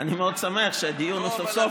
אני מאוד שמח שהדיון סוף-סוף,